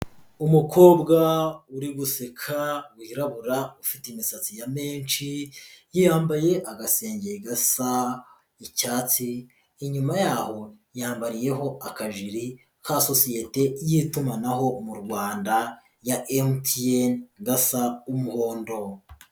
Umukobwa uri guseka wirabura, ufite isatsi ya menshi, yambaye agasengenge gasa icyatsi, inyuma yaho yambariyeho akajiri ka kosiyete y'itumanaho mu Rwanda ya MTN gasa umuhondo.